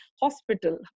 hospital